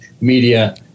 media